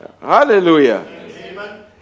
Hallelujah